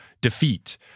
defeat